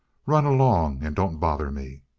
run along and don't bother me!